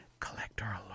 Collector